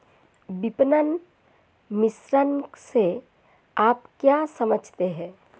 विपणन मिश्रण से आप क्या समझते हैं?